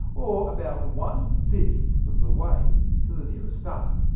or about one fifth the way to the nearest star.